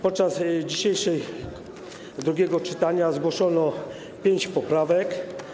Podczas dzisiejszego drugiego czytania zgłoszono pięć poprawek.